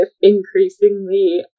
increasingly